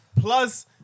Plus